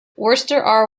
worcester